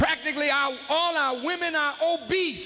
practically all now women are obese